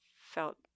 felt